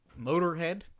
Motorhead